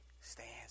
stands